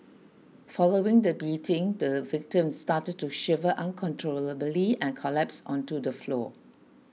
following the beating the victim started to shiver uncontrollably and collapsed onto the floor